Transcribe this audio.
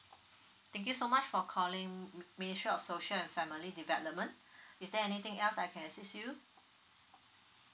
thank you so much for calling ministry of social family development is there anything else I can assist you